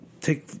take